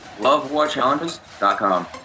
LoveWarChallenges.com